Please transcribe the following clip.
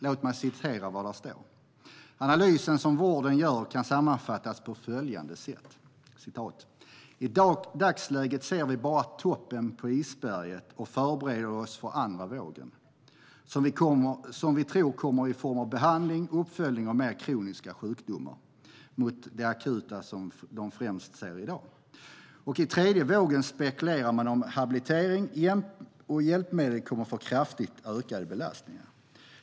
Låt mig citera: "Analysen som vården gör kan sammanfattas på följande sätt: 'I dagsläget ser vi toppen på isberget och förbereder oss för andra vågen som vi tror kommer i form av behandling och uppföljning av mer kroniska sjukdomar och i tredje vågen spekulerar man att habilitering och hjälpmedel kommer få en kraftigt ökad belastning.